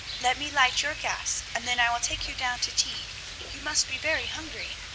let me light your gas, and then i will take you down to tea you must be very hungry.